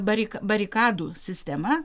barik barikadų sistema